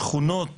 שכונות